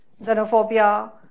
xenophobia